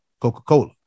coca-cola